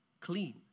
clean